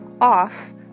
off